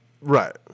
Right